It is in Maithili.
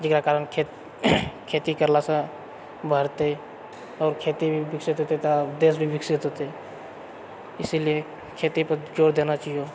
जेकरा कारण खेत खेती करलासँ बढ़तै आओर खेती भी विकसित हेतै तऽ देश भी विकसित हेतै इसीलिए खेती पऽ जोर देना चाहिओ